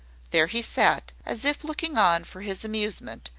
there he sat, as if looking on for his amusement,